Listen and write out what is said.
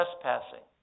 trespassing